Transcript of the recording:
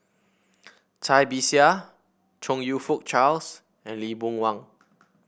Cai Bixia Chong You Fook Charles and Lee Boon Wang